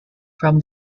from